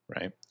Right